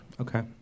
Okay